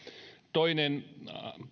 toinen